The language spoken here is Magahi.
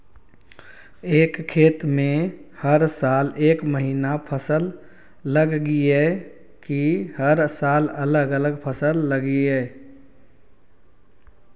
एक खेत में हर साल एक महिना फसल लगगियै कि हर साल अलग अलग फसल लगियै?